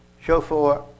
chauffeur